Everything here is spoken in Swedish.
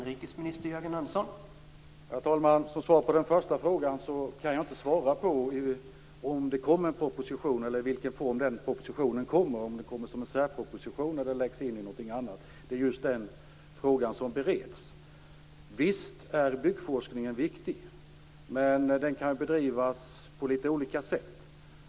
Herr talman! Jag kan inte svara på om det kommer en proposition eller i vilken form den propositionen kommer, om den kommer som en särproposition eller läggs in i något annat. Det är just den frågan som bereds. Visst är byggforskningen viktig, men den kan bedrivas på litet olika sätt.